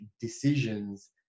decisions